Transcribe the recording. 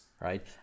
right